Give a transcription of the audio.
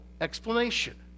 explanation